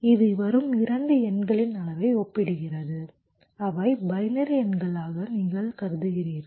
இது வரும் 2 எண்களின் அளவை ஒப்பிடுகிறது அவை பைனரி எண்களாக நீங்கள் கருதுகிறீர்கள்